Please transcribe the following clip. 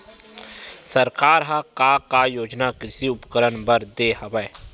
सरकार ह का का योजना कृषि उपकरण बर दे हवय?